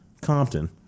Compton